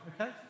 Okay